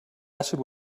acid